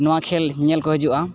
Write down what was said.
ᱱᱚᱣᱟ ᱠᱷᱮᱞ ᱧᱮᱧᱮᱞ ᱠᱚ ᱦᱤᱡᱩᱜᱼᱟ